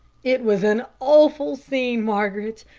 it was an awful scene, margaret.